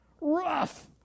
Rough